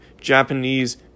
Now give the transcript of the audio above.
Japanese